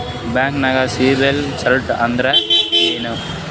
ಬ್ಯಾಂಕ್ದಾಗ CIBIL score ಅಂತ ಅಂದ್ರೆ ಏನ್ರೀ?